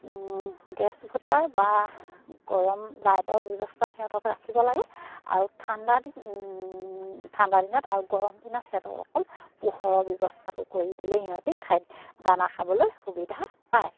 gas বা গৰম লাইটৰ ব্যৱস্থাত সিহঁতক ৰাখিব লাগে আৰু ঠাণ্ডা ঠাণ্ডা দিনত আৰু গৰম দিনত সিহঁতক অকল পোহৰৰ ব্যৱস্থাটো কৰি দিলেই সিহঁতি খাদ্য দানা খাবলৈ সুবিধা পায়